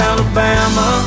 Alabama